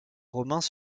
romains